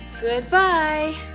Goodbye